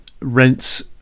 rents